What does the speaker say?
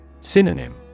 Synonym